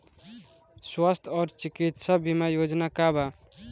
स्वस्थ और चिकित्सा बीमा योजना का बा?